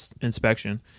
inspection